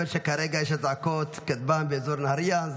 שכרגע יש אזעקות כטב"ם באזור נהריה.